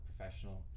professional